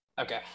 Okay